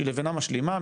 שהיא לבנה משלימה,